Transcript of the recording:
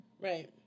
Right